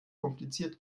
kompliziert